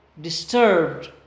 disturbed